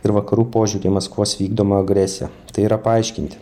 ir vakarų požiūrį į maskvos vykdomą agresiją tai yra paaiškinti